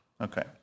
Okay